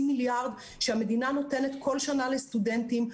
מיליארד שהמדינה נותנת כל שנה לסטודנטים,